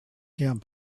him